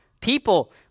people